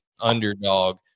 underdog